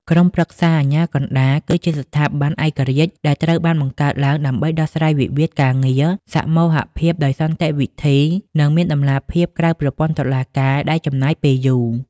ក្រុមប្រឹក្សាអាជ្ញាកណ្តាល គឺជាស្ថាប័នឯករាជ្យដែលត្រូវបានបង្កើតឡើងដើម្បីដោះស្រាយវិវាទការងារសមូហភាពដោយសន្តិវិធី និងមានតម្លាភាពក្រៅប្រព័ន្ធតុលាការដែលចំណាយពេលយូរ។